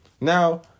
Now